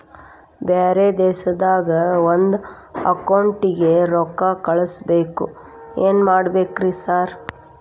ಬ್ಯಾರೆ ದೇಶದಾಗ ಒಂದ್ ಅಕೌಂಟ್ ಗೆ ರೊಕ್ಕಾ ಕಳ್ಸ್ ಬೇಕು ಏನ್ ಮಾಡ್ಬೇಕ್ರಿ ಸರ್?